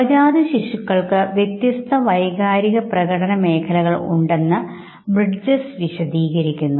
നവജാതശിശുക്കൾക്ക് വ്യത്യസ്ത വൈകാരികപ്രകടനമേഖലകൾ ഉണ്ടെന്ന് ബ്രിഡ്ജസ് വിശദീകരിക്കുന്നു